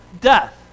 death